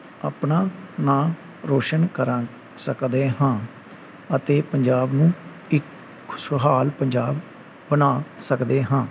ਆਪਣਾ ਨਾਂ ਰੋਸ਼ਨ ਕਰਵਾ ਸਕਦੇ ਹਾਂ ਅਤੇ ਪੰਜਾਬ ਨੂੰ ਇੱਕ ਖੁਸ਼ਹਾਲ ਪੰਜਾਬ ਬਣਾ ਸਕਦੇ ਹਾਂ